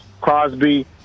Crosby